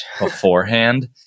beforehand